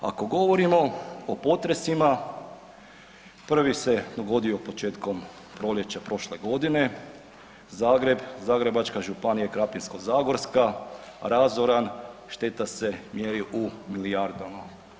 Ako govorimo o potresima, prvi se dogodio početkom proljeća prošle godine, Zagreb, Zagrebačka županija i Krapinsko-zagorska razoran, šteta se mjeri u milijardama.